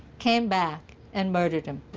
came back and murdered him.